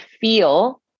feel